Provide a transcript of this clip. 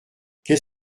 qu’est